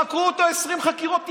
חקרו אותו 20 חקירות טיפשיות.